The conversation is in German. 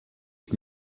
ich